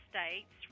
States